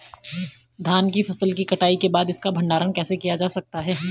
धान की फसल की कटाई के बाद इसका भंडारण कैसे किया जा सकता है?